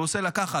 ועושה לה ככה.